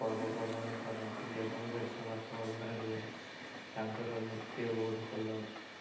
ପର୍ବପର୍ବାଣି କରନ୍ତି ଏବଂ ବସବାସ ଅଲଗା ରୁହେ ତାଙ୍କର ନୃତ୍ୟ ବହୁତ ଭଲ